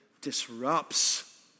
disrupts